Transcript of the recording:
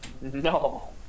No